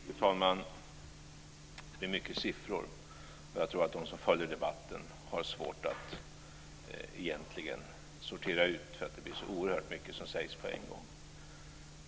Fru talman! Det blir många siffror. Jag tror att de som följer debatten har svårt att sortera detta. Det blir så oerhört mycket som sägs på en gång.